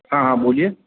हाँ हाँ बोलिए